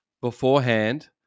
beforehand